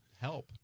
help